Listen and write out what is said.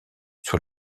sur